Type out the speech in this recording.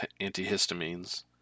antihistamines